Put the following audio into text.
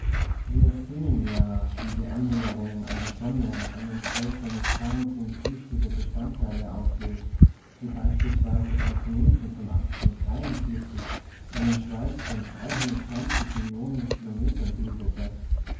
wir sehen ja wie die annäherung an die sonne einen teil seines kerns in flüchtige bestandteile auflöst die beispielsweise beim kometen von einen schweif von millionen kilometern bildete